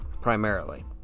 Primarily